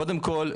קודם כל,